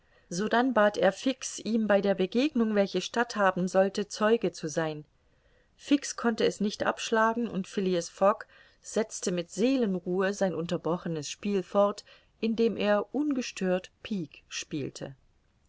sodann bat er fix ihm bei der begegnung welche statthaben sollte zeuge zu sein fix konnte es nicht abschlagen und phileas fogg setzte mit seelenruhe sein unterbrochenes spiel fort indem er ungestört pique spielte